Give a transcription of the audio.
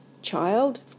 child